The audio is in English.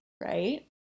right